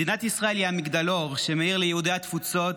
מדינת ישראל היא המגדלור שמאיר ליהודי התפוצות,